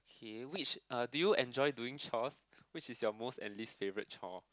okay which uh do you enjoy doing chores which is your most and least favourite chore